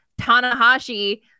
Tanahashi